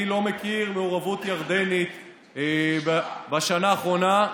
לא מכיר מעורבות ירדנית בשנה האחרונה.